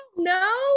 No